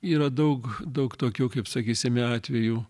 yra daug daug tokių kaip sakysime atvejų